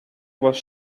was